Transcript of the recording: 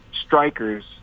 strikers